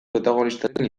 protagonistaren